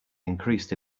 increased